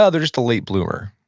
ah they're just a late bloomer.